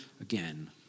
again